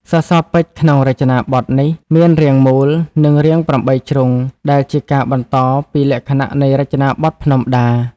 សសរពេជ្រក្នុងរចនាបថនេះមាន រាងមូល និងរាង ៨ជ្រុង ដែលជាការបន្តពីលក្ខណៈនៃរចនាបថភ្នំដា ។